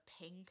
pink